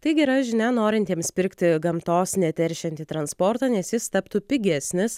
tai gera žinia norintiems pirkti gamtos neteršiantį transportą nes jis taptų pigesnis